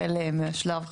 החל מהשלב,